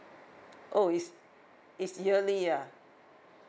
oh it's it's yearly ah